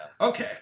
Okay